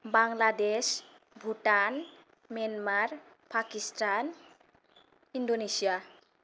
Bangladesh Bhutan Myanmar pakistani Indonesia